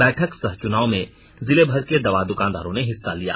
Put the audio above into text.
बैठक सह चुनाव में जिलेभर के दवा दुकानदारों ने हिस्सा लिया